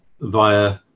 via